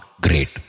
great